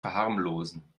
verharmlosen